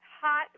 hot